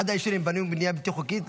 עד האישורים בנו בנייה בלתי חוקית?